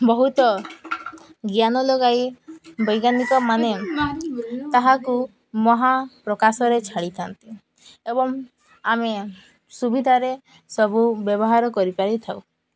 ବହୁତ ଜ୍ଞାନ ଲଗାଇ ବୈଜ୍ଞାନିକମାନେ ତାହାକୁ ମହାକାଶରେ ଛାଡ଼ିଥାନ୍ତି ଏବଂ ଆମେ ସୁବିଧାରେ ସବୁ ବ୍ୟବହାର କରିପାରିଥାଉ